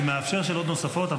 אני מאפשר שאלות נוספות,